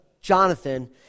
Jonathan